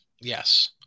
Yes